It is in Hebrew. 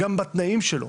אלא גם בתנאים שלו.